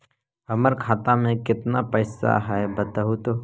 हमर खाता में केतना पैसा है बतहू तो?